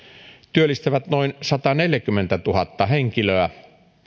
työllistävät noin sataneljäkymmentätuhatta henkilöä